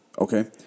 Okay